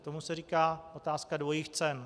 Tomu se říká otázka dvojích cen.